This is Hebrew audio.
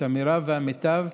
את המרב והמיטב,